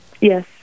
Yes